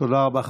תודה רבה.